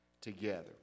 together